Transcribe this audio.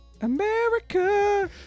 America